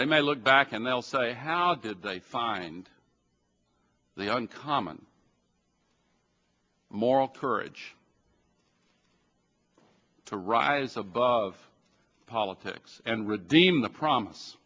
they might look back and they'll say how did they find the uncommon moral courage to rise above politics and redeem the pro